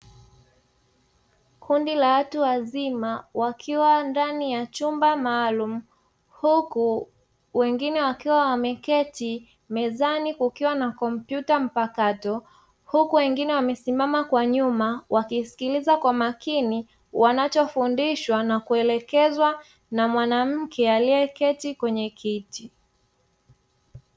Kundi la watu wazima wakiwa ndani ya chumba maalumu, huku wengine wakiwa wameketi mezani kukiwa na kompyuta mpakato, huku wengine wamesimama kwa nyuma wakiskiliza kwa makini wanachofundishwa na kuelekezwa na mwanamke alieketi kwenye kiti.